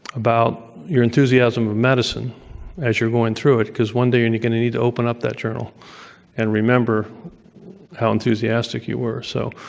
about your enthusiasm of medicine as you're going through it because one day and you're going to need to open up that journal and remember how enthusiastic you were. so